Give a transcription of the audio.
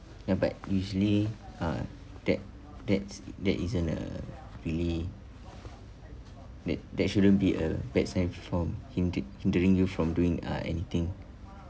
ya but usually uh that that's that isn't a really that that shouldn't be a bad sign from hinde~ hindering you from doing uh anything